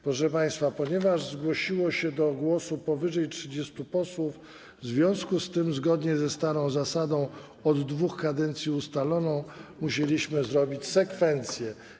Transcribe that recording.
Proszę państwa, zgłosiło się do głosu ponad 30 posłów, w związku z tym, zgodnie ze starą zasadą, od dwóch kadencji ustaloną, musieliśmy zrobić sekwencje.